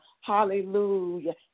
Hallelujah